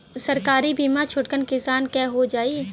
सरकारी बीमा छोटकन किसान क हो जाई?